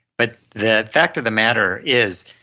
but the fact of the matter is,